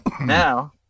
now